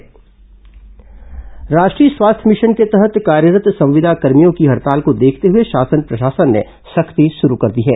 NHM हडताल राष्ट्रीय स्वास्थ्य मिशन के तहत कार्यरत् संविदाकर्भियों की हड़ताल को देखते हुए शासन प्रशासन ने सख्ती शुरू कर दी है